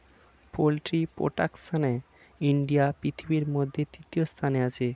poultry প্রোডাকশনে India পৃথিবীর মধ্যে তৃতীয় স্থানে আছে